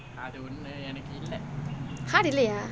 uh really ah